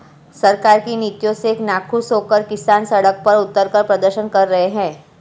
सरकार की नीतियों से नाखुश होकर किसान सड़क पर उतरकर प्रदर्शन कर रहे हैं